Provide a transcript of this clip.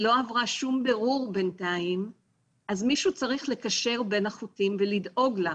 לא עברה שום בירור בינתיים אז מישהו צריך לקשר בין החוטים ולדאוג לה.